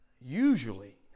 usually